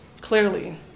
clearly